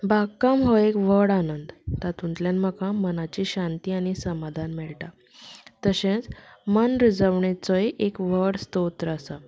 बागकाम हो एक व्हड आनंद तातूंतल्यान म्हाका मनाची शांती आनी समादान मेळटा तशेंच मनरिजवणेचो एक व्हड स्त्रोत्र आसा